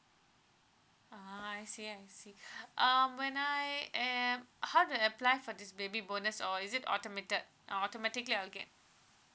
ah I see I see um when I am how do I apply for this baby bonus or is it automated or automatically I'll get